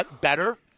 better